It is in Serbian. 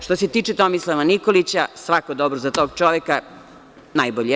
Što se tiče Tomislava Nikolića, svako dobro za tog čoveka, najbolji je.